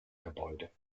gebäude